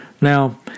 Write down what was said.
Now